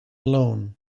alone